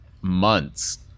months